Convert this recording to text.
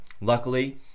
Luckily